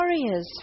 warriors